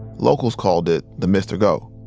locals called it the mr. go